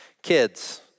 Kids